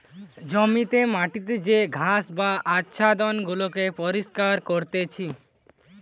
জমিতে মাটিতে যে ঘাস বা আচ্ছাদন গুলাকে পরিষ্কার করতিছে